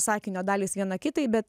sakinio dalys viena kitai bet